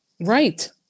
Right